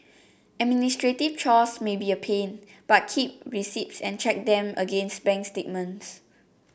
administrative chores may be a pain but keep receipts and check them against bank statements